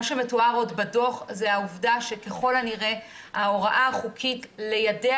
מה שמתואר עוד בדו"ח זו העובדה שככל הנראה ההוראה החוקית ליידע